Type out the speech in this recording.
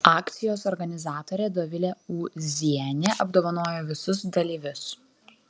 akcijos organizatorė dovilė ūzienė apdovanojo visus dalyvius